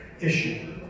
issue